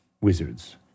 wizards